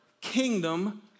kingdom